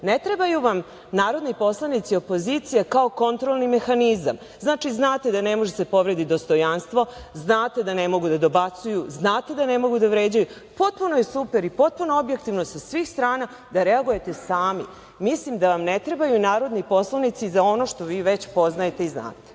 ne trebaju vam narodni poslanici opozicije kao kontrolni mehanizam. Znači, znate da ne može da se povredi dostojanstvo, znate da ne mogu da dobacuju, znate da ne mogu da vređaju, potpuno je super i potpuno objektivno sa svih strana da reagujete sami, mislim da vam ne trebaju narodni poslanici za ono što vi već poznajete i znate.